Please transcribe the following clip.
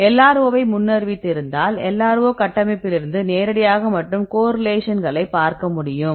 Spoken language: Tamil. LRO வை முன்னறிவித்திருந்தால் LRO கட்டமைப்பிலிருந்து நேரடியாக மற்றும் கோரிலேஷன் களைப் பார்க்க முடியும்